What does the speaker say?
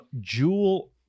jewel